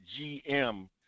GM